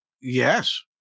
yes